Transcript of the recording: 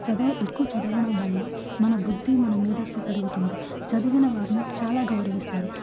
చదువు ఎక్కువ చదవడం వల్ల మన బుద్ధి మన మేదస్సు పెరుగుతుంది చదివిన వారిని చాలా గౌరవిస్తారు